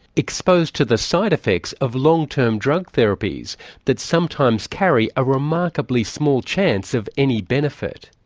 exposed to the side effects of long term drug therapies that sometimes carry a remarkably small chance of any benefit.